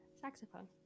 saxophone